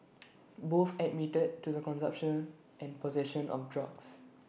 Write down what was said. both admitted to the consumption and possession of drugs